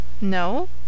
No